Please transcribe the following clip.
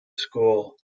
school